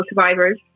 survivors